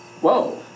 Whoa